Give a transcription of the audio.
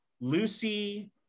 lucy